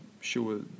sure